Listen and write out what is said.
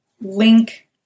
link